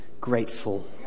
grateful